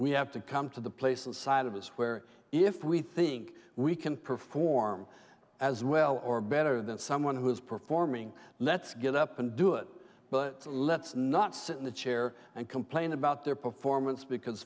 we have to come to the place inside of us where if we think we can perform as well or better than someone who is performing let's get up and do it but let's not sit in the chair and complain about their performance because